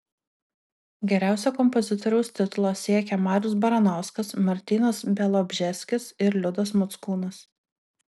geriausio kompozitoriaus titulo siekia marius baranauskas martynas bialobžeskis ir liudas mockūnas